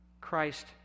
Christ